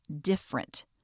different